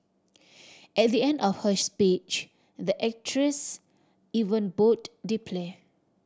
at the end of her speech the actress even bowed deeply